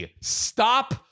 stop